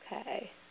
Okay